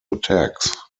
attacks